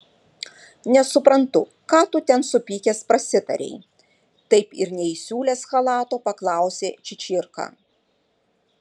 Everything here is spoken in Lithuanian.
nesuprantu ką tu ten supykęs prasitarei taip ir neįsiūlęs chalato paklausė čičirka